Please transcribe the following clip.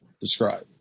describe